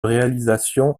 réalisation